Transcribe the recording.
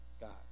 God